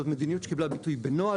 זאת מדיניות שקיבלה ביטוי בנוהל